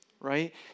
right